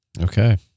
okay